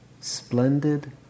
splendid